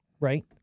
right